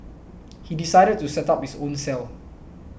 he decided to set up his own cell